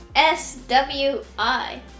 S-W-I